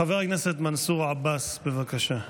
חבר הכנסת מנסור עבאס, בבקשה.